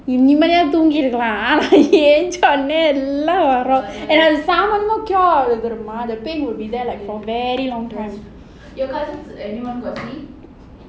நிம்மதியா தூங்கிருக்கலாம்:nimmathiya thoongirukkalam the pain will be there for very long time